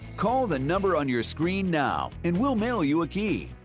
call the number on your screen now, and we'll mail you a key.